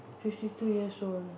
fifty three years old